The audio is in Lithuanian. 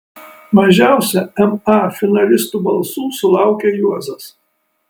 mažiausia ma finalistų balsų sulaukė juozas